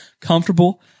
comfortable